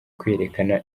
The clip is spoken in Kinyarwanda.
kwiyereka